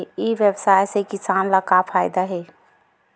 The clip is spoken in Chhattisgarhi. ई व्यवसाय से किसान ला का फ़ायदा हे?